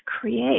create